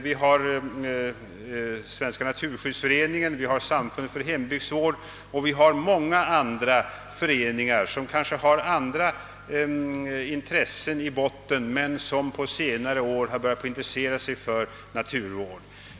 Vi har Svenska naturskyddsföreningen, vi har Samfundet för hembygdsvård m.fl. föreningar som kanske har andra intressen i botten men som på senare år har börjat intressera sig för naturvård.